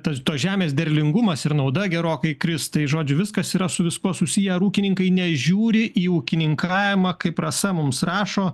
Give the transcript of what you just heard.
tas tos žemės derlingumas ir nauda gerokai kris tai žodžiu viskas yra su viskuo susiję ar ūkininkai nežiūri į ūkininkavimą kaip rasa mums rašo